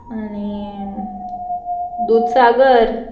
आनी दुदसागर